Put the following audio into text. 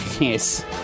Yes